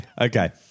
Okay